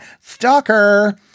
stalker